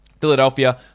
Philadelphia